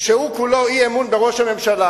שהוא כולו אי-אמון בראש הממשלה,